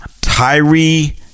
Tyree